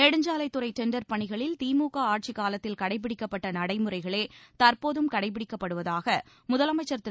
நெடுஞ்சாலைத்துறை டெண்டர் பணிகளில் திமுக ஆட்சிக்காலத்தில் கடைப்பிடிக்கப்பட்ட நடைமுறைகளே தற்போதும் கடைபிடிக்கப்படுவதாக முதலமைச்சர் திரு